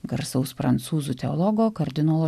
garsaus prancūzų teologo kardinolo